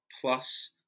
plus